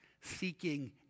seeking